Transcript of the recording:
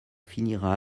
finira